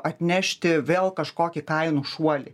atnešti vėl kažkokį kainų šuolį